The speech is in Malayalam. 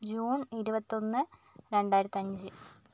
ജൂൺ ഇരുപത്തൊന്ന് രണ്ടായിരത്തി അഞ്ച്